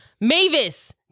Mavis